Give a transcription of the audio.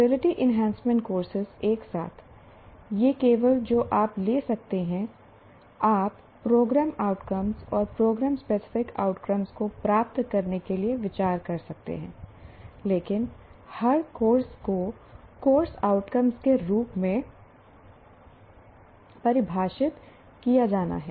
ability enhancement courses एक साथ ये केवल जो आप ले सकते हैं आप प्रोग्राम आउटकम और प्रोग्राम स्पेसिफिक आउटकम को प्राप्त करने के लिए विचार कर सकते हैं लेकिन हर कोर्स को कोर्स आउटकम के रूप में परिभाषित किया जाना है